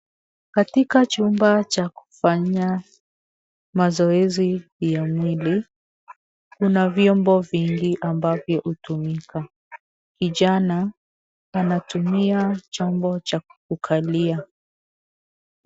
Katika chumba cha kufanyia mazoezi ya mwili, kuna vyombo vingi ambavyo hutumika. Kijana anatumia chombo cha kukalia.